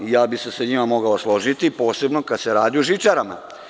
Ja bih se sa njima mogao složiti, posebno kada se radi o žičarama.